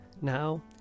now